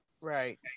Right